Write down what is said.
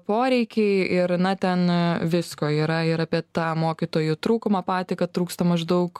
poreikiai ir na ten visko yra ir apie tą mokytojų trūkumą patį kad trūksta maždaug